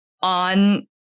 on